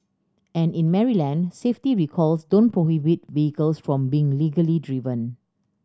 and in Maryland safety recalls don't prohibit vehicles from being legally driven